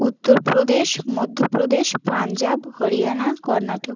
Uttar Pradesh Madhya Pradesh Punjab Haryana Karnataka